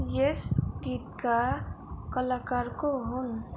यस गीतका कलाकार को हुन्